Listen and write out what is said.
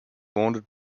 wanted